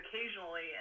occasionally